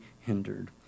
hindered